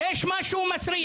יש משהו מסריח.